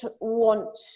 want